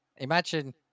Imagine